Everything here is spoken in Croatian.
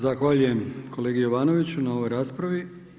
Zahvaljujem kolegi Jovanoviću na ovoj raspravi.